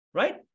right